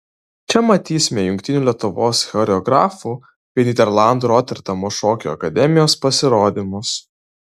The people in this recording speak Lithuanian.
čia matysime jungtinių lietuvos choreografų bei nyderlandų roterdamo šokio akademijos pasirodymus